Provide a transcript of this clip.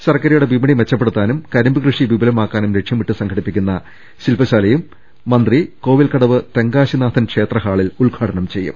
ശർക്കരയുടെ വിപണി മെച്ചപ്പെടുത്താനും കരിമ്പ് കൃഷി വിപുലമാക്കാനും ലക്ഷ്യമിട്ട് സംഘ ടിപ്പിക്കുന്ന ശിൽപശാലയും മന്ത്രി കോവിൽക്കടവ് തെങ്കാശിനാഥൻ ക്ഷേത്രം ഹാളിൽ ഉദ്ഘാടനം ചെയ്യും